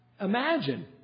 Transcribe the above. imagine